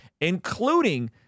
including